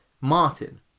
Martin